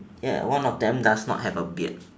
ya one of them does not have a beard